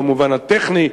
במובן הטכני,